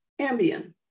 Ambien